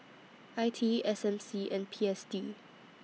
I T E S M C and P S D